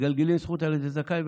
מגלגלין זכות על ידי זכאי.